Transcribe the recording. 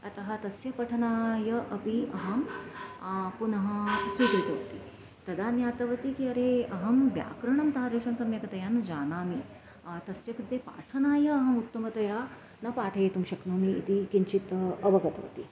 अतः तस्य पठनाय अपि अहं पुनः स्वीकृतवती तदा ज्ञातवती कियरि अहं व्याकरणं तादृशं सम्यक्तया न जानामि तस्य कृते पाठनाय अहम् उत्तमतया न पाठयितुं शक्नोमि इति किञ्चित् अवगतवती